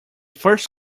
first